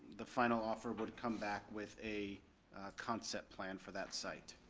the final offer would come back with a concept plan for that site.